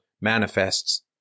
manifests